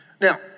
Now